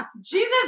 Jesus